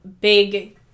big